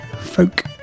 folk